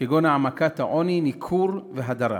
כגון עוני, ניכור והדרה.